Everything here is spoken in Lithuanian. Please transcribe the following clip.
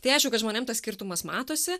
tai aišku kad žmonėm tas skirtumas matosi